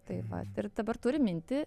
taip vat ir dabar turim mintį